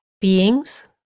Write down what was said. beings